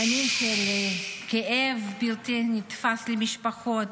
ימים של כאב בלתי נתפס למשפחות,